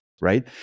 Right